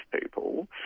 people